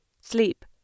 sleep